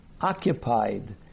occupied